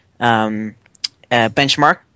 benchmark